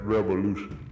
Revolution